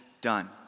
done